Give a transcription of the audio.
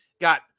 got